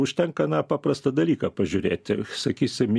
užtenka na paprastą dalyką pažiūrėti sakysim